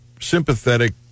sympathetic